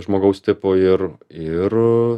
žmogaus tipu ir ir